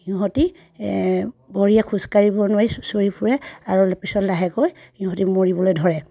সিহঁতে ভৰিয়ে খোজকাঢ়িব নোৱাৰি চুচৰি ফুৰে আৰু পিছত লাহেকৈ ইহঁতে মৰিবলৈ ধৰে